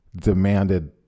demanded